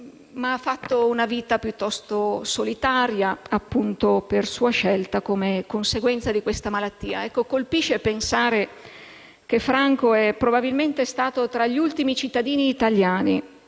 condotto una vita piuttosto solitaria, appunto per sua scelta, come conseguenza di questa malattia. Colpisce pensare che Franco probabilmente sia stato tra gli ultimi cittadini italiani